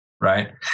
Right